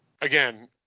again